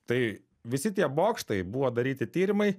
tai visi tie bokštai buvo daryti tyrimai